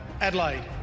Adelaide